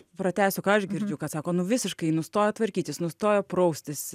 pratęsiu ką aš girdžiu kad sako nu visiškai nustojo tvarkytis nustojo praustis